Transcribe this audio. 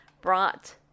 brought